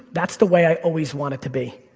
that's the way i always want it to be.